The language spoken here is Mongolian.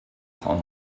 том